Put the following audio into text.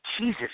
Jesus